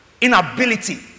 inability